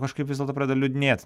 kažkaip vis dėlto pradeda liūdnėt